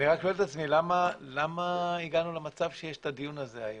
אני רק שואל את עצמי למה הגענו למצב שיש את הדיון הזה היום?